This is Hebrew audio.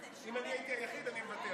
אם הייתי היחיד, אני מוותר.